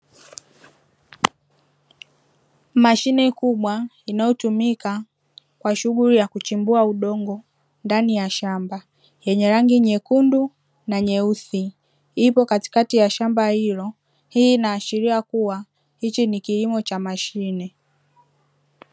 Mashine kubwa inayotumika kwa shughuli ya kuchimbua udongo ndani ya shamba, yenye rangi nyekundu na nyeusi. Ipo katikati ya shamba hilo. Hii inaashiria kuwa, hichi ni kilimo cha mashine.